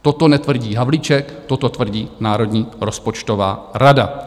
Toto netvrdí Havlíček, toto tvrdí Národní rozpočtová rada.